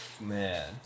man